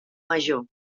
major